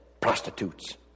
prostitutes